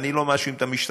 ואני לא מאשים את המשטרה.